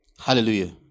Hallelujah